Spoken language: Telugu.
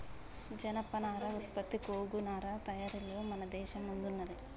జనపనార ఉత్పత్తి గోగు నారా తయారీలలో మన దేశం ముందున్నది